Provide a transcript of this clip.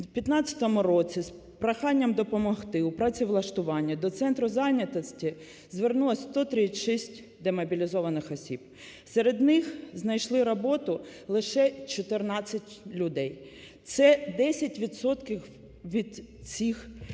В 15-му році з проханням допомогти у працевлаштуванні до центру зайнятості звернулося 136 демобілізованих осіб. Серед них знайшли роботу лише 14 людей. Це 10 відсотків